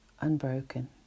unbroken